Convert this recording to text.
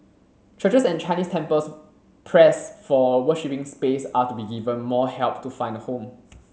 churches and Chinese temples pressed for worshiping space are to be given more help to find a home